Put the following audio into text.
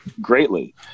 greatly